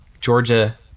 Georgia